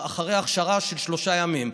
אחרי הכשרה של שלושה ימים.